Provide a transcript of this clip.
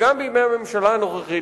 וגם בימי הממשלה הנוכחית,